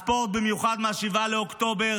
הספורט, במיוחד מ-7 באוקטובר,